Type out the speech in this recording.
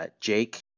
Jake